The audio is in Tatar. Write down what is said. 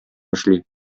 эшли